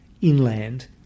inland